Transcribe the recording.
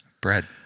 Bread